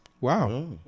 Wow